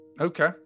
Okay